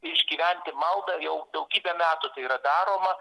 išgyventi maldą jau daugybę metų tai yra daroma